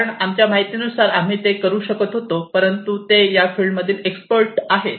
कारण आमच्या माहितीनुसार आम्ही ते करू शकत होतो परंतु ते या फिल्ड मधील एक्सपर्ट आहेत